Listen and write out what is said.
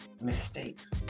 mistakes